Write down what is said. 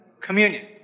Communion